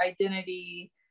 identity